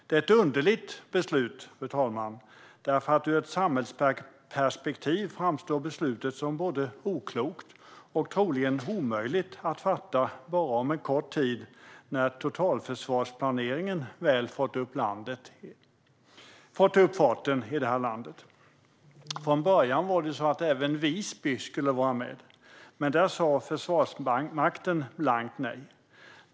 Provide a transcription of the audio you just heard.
Det är ett underligt beslut, fru talman. Ur ett samhällsperspektiv framstår beslutet som både oklokt och troligen omöjligt att fatta bara om en kort tid när totalförsvarsplaneringen väl fått upp farten i det här landet. Från början skulle även Visby vara med. Men där sa Försvarsmakten blankt nej.